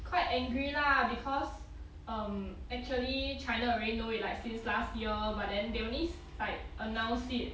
quite angry lah because um actually china really know like since last year but then they only s~ like announce it